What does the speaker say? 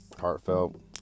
Heartfelt